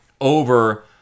over